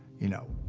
you know,